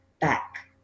back